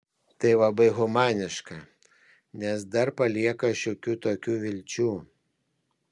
tai labai humaniška nes dar palieka šiokių tokių vilčių